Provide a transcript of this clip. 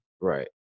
right